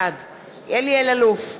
בעד אלי אלאלוף,